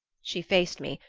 she faced me,